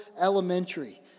elementary